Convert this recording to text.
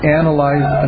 analyze